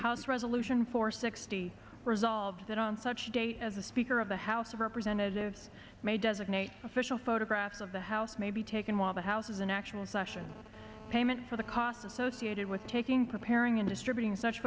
house resolution four sixty resolved that on such date as the speaker of the house of representatives may designate official photographs of the house may be taken while the house is a national session payment for the costs associated with taking preparing and distributing such